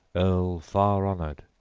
earl far-honored,